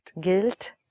guilt